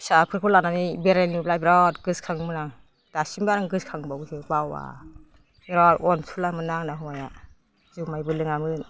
फिसाफोरखौ लानानै बेरायनाय नुब्ला बेराद गोसोखाङोमोन आं दासिमबो आं गोसखांबावोसो बावा बेराद अनसुलामोनना आंना हौवाया जुमायबो लोङामोन